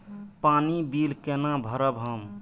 पानी बील केना भरब हम?